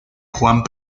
juan